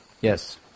Yes